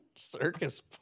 Circus